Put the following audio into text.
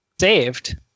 saved